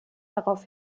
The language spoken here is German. darauf